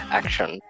action